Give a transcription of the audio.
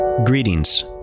Greetings